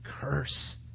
curse